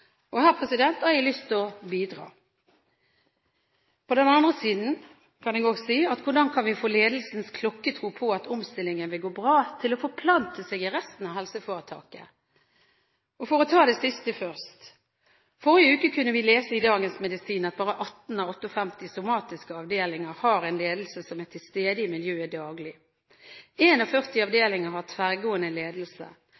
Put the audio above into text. omstillingsprosessen? Her har jeg lyst til å bidra. På den andre siden kan jeg også spørre: Hvordan kan vi få ledelsens klokkertro på at omstillingen vil gå bra, til å forplante seg i resten av helseforetaket? For å ta det siste først: Forrige uke kunne vi lese i Dagens Medisin at bare 18 av 59 somatiske avdelinger har en ledelse som er til